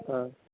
ಹಾಂ